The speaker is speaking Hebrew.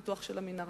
עם הפיתוח של המנהרה.